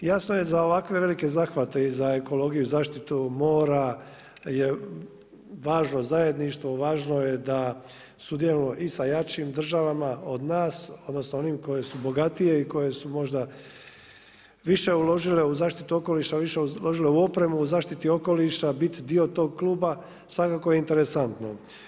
Jasno je za ovakve velike zahvate i za ekologiju i zaštitu mora je važno zajedništvo, važno je da sudjelujemo i sa jačim državama od nas, odnosno onim koje su bogatije i koje su možda više uložile u zaštitu okoliša, više uložile u opremu o zaštiti okoliša, bit dio tog kluba svakako je interesantno.